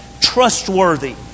trustworthy